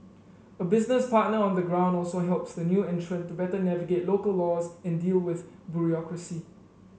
a business partner on the ground also helps the new entrant to better navigate local laws and deal with bureaucracy